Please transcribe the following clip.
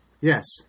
Yes